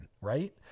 right